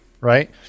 Right